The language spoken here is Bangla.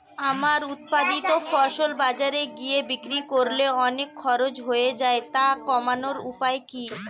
আমার উৎপাদিত ফসল বাজারে গিয়ে বিক্রি করলে অনেক খরচ হয়ে যায় তা কমানোর উপায় কি?